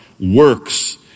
works